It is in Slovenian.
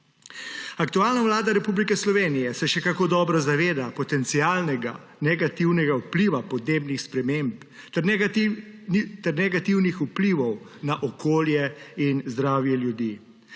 Aktualna Vlada Republike Slovenije se še kako dobro zaveda potencialnega negativnega vpliva podnebnih sprememb ter negativnih vplivov na okolje in zdravje ljudi.